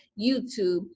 YouTube